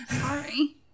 Sorry